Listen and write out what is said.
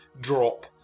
drop